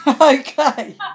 Okay